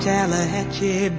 Tallahatchie